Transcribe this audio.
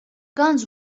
guns